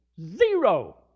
Zero